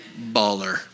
Baller